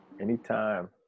Anytime